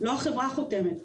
לא החברה חותמת.